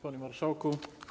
Panie Marszałku!